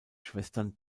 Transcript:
schwestern